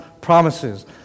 promises